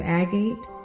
agate